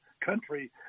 country